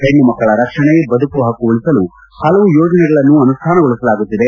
ಹೆಣ್ಣು ಮಕ್ಕಳ ರಕ್ಷಣೆ ಬದುಕುವ ಹಕ್ಕು ಉಳಿಸಲು ಹಲವು ಯೋಜನೆಗಳನ್ನು ಅನುಷ್ಠಾನಗೊಳಿಸಲಾಗುತ್ತಿದೆ